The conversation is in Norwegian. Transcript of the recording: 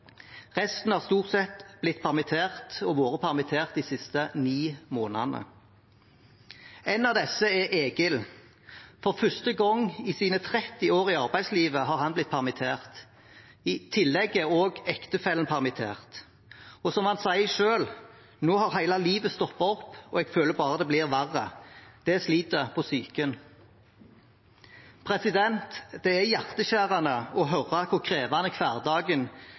Resten har stort sett blitt permittert og vært permittert de siste ni månedene. En av disse er Egil. For første gang i sine 30 år i arbeidslivet har han blitt permittert. I tillegg er også ektefellen permittert. Som han sier selv: Nå har hele livet stoppet opp, og jeg føler bare det blir verre. Det sliter på psyken. Det er hjerteskjærende å høre hvor krevende hverdagen